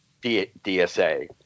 DSA